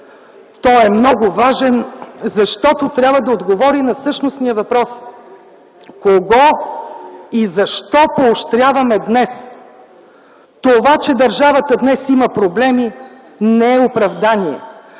Той е много важен, защото трябва да отговори на същностния въпрос: кого и защо поощряваме днес? Това, че държавата днес има проблеми, не е оправдание.